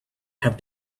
have